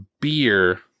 beer